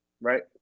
Right